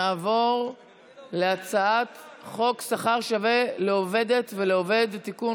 נעבור להצעת חוק שכר שווה לעובדת ולעובד (תיקון,